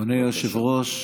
אדוני היושב-ראש,